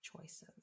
choices